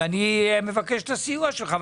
ואני מבקש את הסיוע שלך.